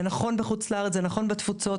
זה נכון בחוץ-לארץ, וזה נכון בתפוצות.